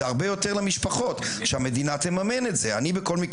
שזה הרבה יותר למשפחות.